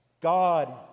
God